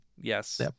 yes